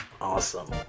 Awesome